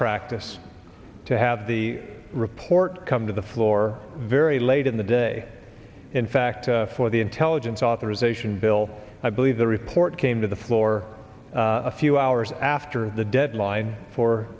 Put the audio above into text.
practice to have the report come to the floor very late in the day in fact for the intelligence authorization bill i believe the report came to the floor a few hours after the deadline for